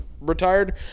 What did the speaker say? retired